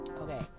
Okay